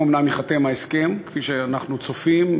אם אומנם ייחתם ההסכם כפי שאנחנו צופים,